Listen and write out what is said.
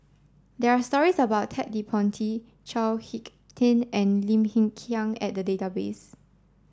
there are stories about Ted De Ponti Chao Hick Tin and Lim Hng Kiang at the database